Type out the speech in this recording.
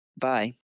Bye